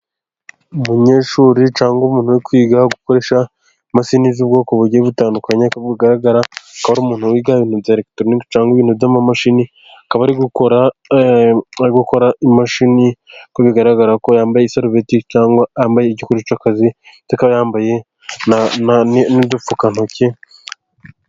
Umunyeshuri cyangwa umuntu kwiga gukoresha imashini z'ubwoko bugiye butandukanye bugaragara ko ari umuntu wiga ibintu bya elegitoronike cyangwa ibintu by'amamashini. Akaba ari gukora imashini ku bigaragara ko yambaye isarubeti cyangwa ambaye igikuri cy'akazi yambaye n'udupfukantoki.